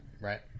right